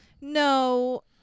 No